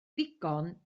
ddigon